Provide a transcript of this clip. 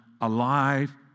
alive